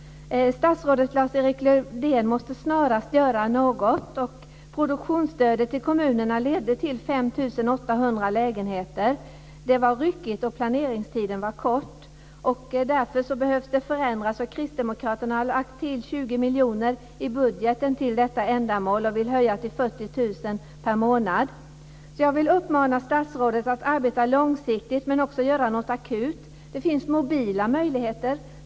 Statsrådet Lars-Erik Lövdén måste snarast göra något. Produktionsstödet till kommunerna ledde till 5 800 lägenheter. Det var ryckigt, och planeringstiden var kort. Därför behöver det förändras. Kristdemokraterna har lagt till 20 miljoner i budgeten för detta ändamål och vill höja investeringsbidraget till 40 000 kr per månad. Jag vill uppmana statsrådet att arbeta långsiktigt men också att göra något akut. Det finns mobila möjligheter.